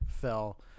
fell